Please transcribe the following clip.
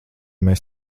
mēs